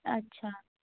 अच्छा